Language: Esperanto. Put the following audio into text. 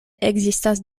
ekzistas